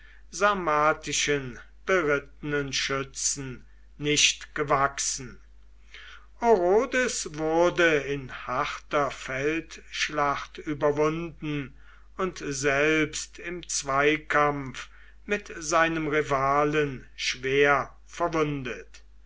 sarmatischen berittenen schützen nicht gewachsen orodes wurde in harter feldschlacht überwunden und selbst im zweikampf mit seinem rivalen schwer verwundet